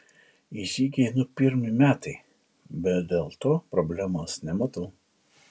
į žygį einu pirmi metai bet dėl to problemos nematau